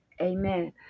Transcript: Amen